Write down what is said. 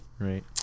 Right